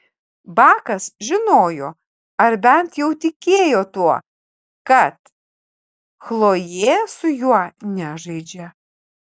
bakas žinojo ar bent jau tikėjo tuo kad chlojė su juo nežaidžia